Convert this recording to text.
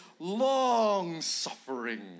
long-suffering